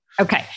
Okay